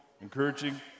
encouraging